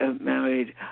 married